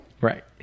Right